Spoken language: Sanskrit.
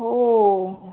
हो